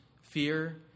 fear